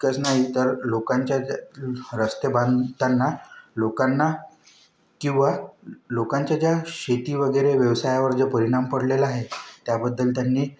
इतकाच नाही तर लोकांच्या रस्ते बांधताना लोकांना किंवा लोकांच्या ज्या शेती वगैरे व्यवसायावर जे परिणाम पडलेला आहे त्याबद्दल त्यांनी